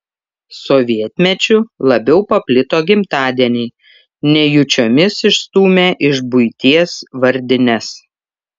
sovietmečiu labiau paplito gimtadieniai nejučiomis išstūmę iš buities vardines